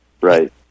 Right